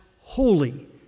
holy